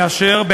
לאשר,